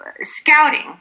scouting